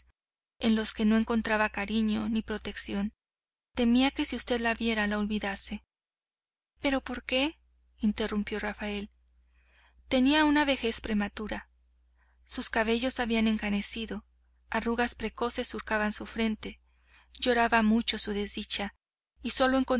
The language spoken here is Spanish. en los que no encontraba cariño ni protección temía que si usted la viera la olvidase pero por qué interrumpió rafael tenía una vejez prematura sus cabellos habían encanecido arrugas precoces surcaban su frente lloraba mucho su desdicha y solo